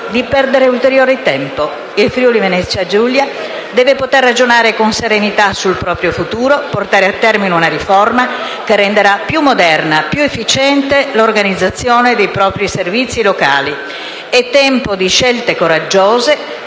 di perdere ulteriore tempo. Il Friuli-Venezia Giulia deve poter ragionare con serenità sul proprio futuro e portare a termine una riforma, che renderà più moderna ed efficiente l'organizzazione dei propri servizi locali. È tempo di scelte coraggiose,